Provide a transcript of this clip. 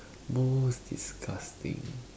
most disgusting